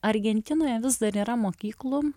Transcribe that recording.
argentinoje vis dar yra mokyklų